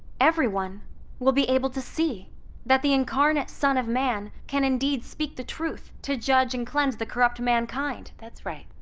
everyone will be able to see that the incarnate son of man can indeed speak the truth to judge and cleanse the corrupt mankind. that's right!